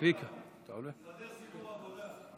עשיתם בוועדת,